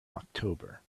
october